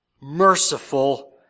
Merciful